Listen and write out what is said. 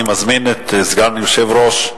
אני מזמין את סגן היושב-ראש,